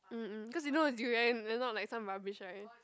um um cause you know is durian and not like some rubbish right